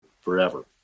forever